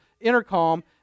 intercom